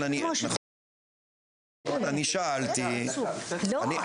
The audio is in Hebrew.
אני שאלתי --- לא,